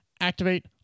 activate